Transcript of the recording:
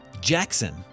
Jackson